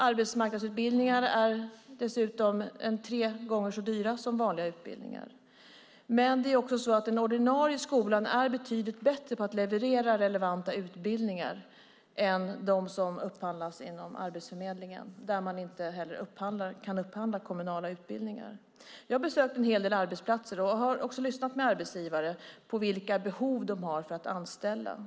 Arbetsmarknadsutbildningarna är dessutom tre gånger så dyra som vanliga utbildningar. Men den ordinarie skolan är också betydligt bättre på att leverera relevanta utbildningar än de som upphandlas inom Arbetsförmedlingen, där man inte heller kan upphandla kommunala utbildningar. Jag har besökt en hel del arbetsplatser och har lyssnat med arbetsgivare vilka behov de har att anställa.